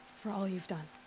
for all you've done.